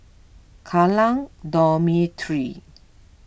Kallang Dormitory